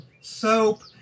soap